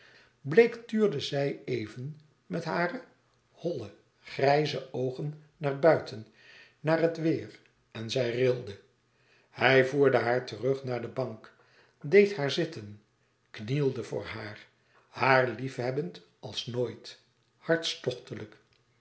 bleek tuurde zij even met hare holle grijze oogen naar buiten naar het weêr en zij rilde hij voerde haar terug naar de bank deed haar zitten knielde voor haar haar liefhebbend als nooit